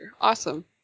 Awesome